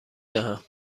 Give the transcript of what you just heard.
دهم